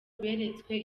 beretswe